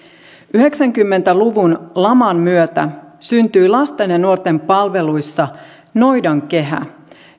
yhdeksänkymmentä luvun laman myötä syntyi lasten ja nuorten palveluissa noidankehä